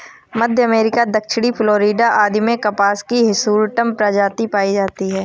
मध्य America, दक्षिणी Florida आदि में कपास की हिर्सुटम प्रजाति पाई जाती है